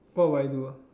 what will I do ah